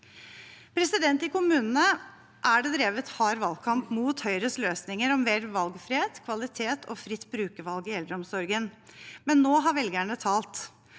behandling. I kommunene er det drevet hard valgkamp mot Høyres løsninger om mer valgfrihet, kvalitet og fritt brukervalg i eldreomsorgen. Men nå har velgerne talt.